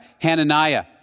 Hananiah